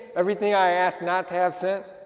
everything i asked not to have sent?